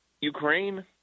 Ukraine